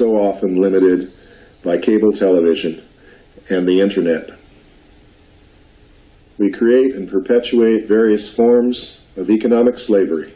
so often limited by cable television and the internet we create and perpetuate various forms of economic slavery